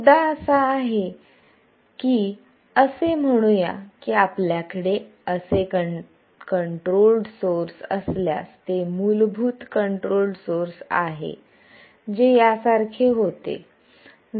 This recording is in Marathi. मुद्दा असा आहे की असे म्हणू या की आपल्याकडे असे कंट्रोल्ड सोर्स असल्यास ते हे मूलभूत कंट्रोल्ड सोर्स आहे जे यासारखे होते